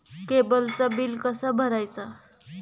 केबलचा बिल कसा भरायचा?